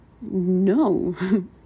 no